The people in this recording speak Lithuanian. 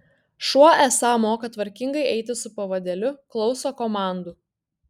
šuo esą moka tvarkingai eiti su pavadėliu klauso komandų